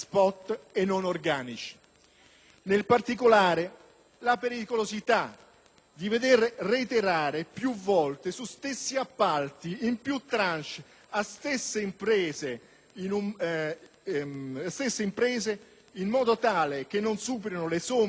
Nel particolare, la pericolosità di vedere reiterare più volte su stessi appalti in più *tranche* le stesse imprese in modo tale che non superino la somma di 500.000 euro